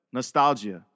Nostalgia